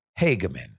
hageman